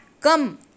come